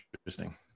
interesting